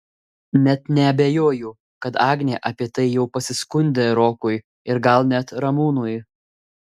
net neabejoju kad agnė apie tai jau pasiskundė rokui ir gal net ramūnui